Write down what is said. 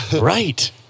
Right